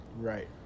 Right